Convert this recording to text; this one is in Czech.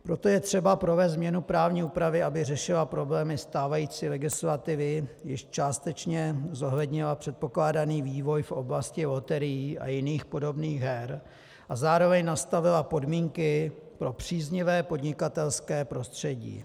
Proto je třeba provést změnu právní úpravy, aby řešila problémy stávající legislativy, jež částečně zohlednila předpokládaný vývoj v oblasti loterií a jiných podobných her a zároveň nastavila podmínky pro příznivé podnikatelské prostředí.